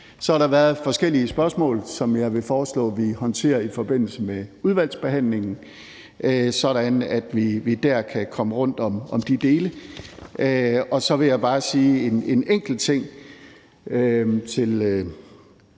Så har der været forskellige spørgsmål, som jeg vil foreslå vi håndterer i forbindelse med udvalgsbehandlingen, sådan at vi der kan komme rundt om de dele. Og så vil jeg bare sige en enkelt ting til